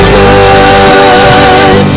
good